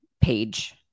page